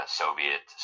soviet